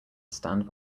stand